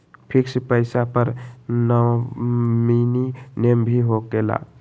Fix पईसा पर nominee name भी होकेला?